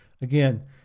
again